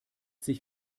sich